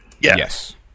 yes